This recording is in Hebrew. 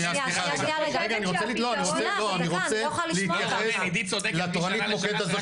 שנייה רגע -- לתורנית מוקד הזאת,